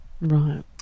Right